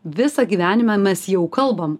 visą gyvenimą mes jau kalbam